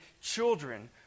children